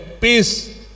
peace